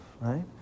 right